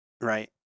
Right